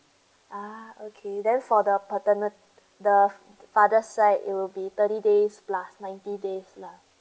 ah okay then for the paterna~ the father side it will be thirty days plus ninety days lah